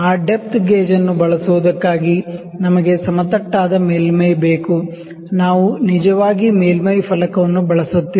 ಆ ಡೆಪ್ತ್ ಗೇಜನ್ನು ಬಳಸುವುದಕ್ಕಾಗಿ ನಮಗೆ ಸಮತಟ್ಟಾದ ಮೇಲ್ಮೈ ಬೇಕು ನಾವು ನಿಜವಾಗಿ ಮೇಲ್ಮೈ ಫಲಕವನ್ನು ಬಳಸುತ್ತಿಲ್ಲ